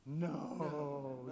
no